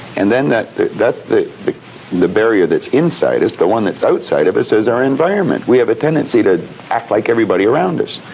and then, that's the the barrier that's inside us. the one that's outside of us is our environment. we have a tendency to act like everybody around us,